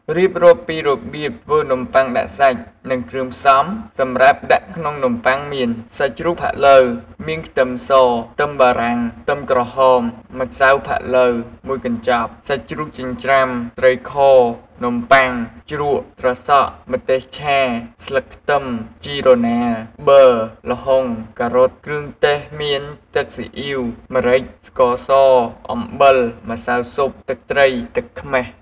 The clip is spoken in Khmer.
រៀបរាប់ពីរបៀបធ្វើនំបុ័ងដាក់សាច់និងគ្រឿងផ្សំសម្រាប់ដាក់ក្នុងនំប័ុងមាន សាច់ជ្រូកផាក់ឡូវ មានខ្ទឹមស ខ្ទឹមបារាំង ខ្ទឹមក្រហម ម្សៅផាក់ឡូវមួយកព្ចាប់ សាច់ជ្រូកចិញ្រ្ចាំ ត្រីខ នំប័ុង ជ្រក់ ត្រសក់ ម្ទេសឆា ស្លឹកខ្ទឹម ជីរណា ប័រ ល្ហុង ការ៉ុត គ្រឿងទេសមាន ទឹកសុីអ៉ីវ ម្រេច ស្ករស អំបិល ម្សៅស៊ុប ទឹកត្រី ទឹកខ្មះ។